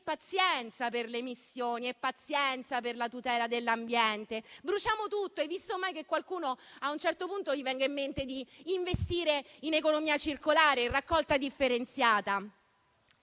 Pazienza per le emissioni, pazienza per la tutela dell'ambiente. Bruciamo tutto: hai visto mai che a qualcuno, a un certo punto, venga in mente di investire in economia circolare e in raccolta differenziata?